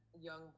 young